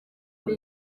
ari